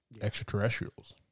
extraterrestrials